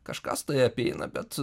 kažkas tai apeina bet